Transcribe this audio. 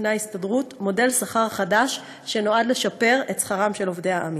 בפני ההסתדרות מודל שכר חדש שנועד לשפר את שכרם של עובדי עמ"י.